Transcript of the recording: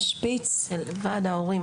סיגל טולדנו, ועד הגנים.